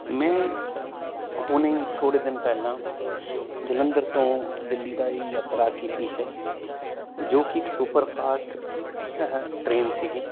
ਮੈਂ ਹੁਣੇ ਥੋੜ੍ਹੇ ਦਿਨ ਪਹਿਲਾਂ ਜਲੰਧਰ ਤੋਂ ਦਿੱਲੀ ਦਾ ਯਾਤਰਾ ਕੀਤੀ ਹੈ ਜੋ ਕਿ ਇੱਕ ਸੁਪਰ ਫਾਸਟ ਟਰੇਨ ਸੀਗੀ